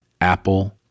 Apple